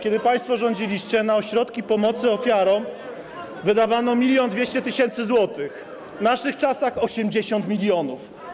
Kiedy państwo rządziliście, na ośrodki pomocy ofiarom wydawano 1200 tys. zł, w naszych czasach to 80 mln.